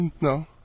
No